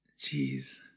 Jeez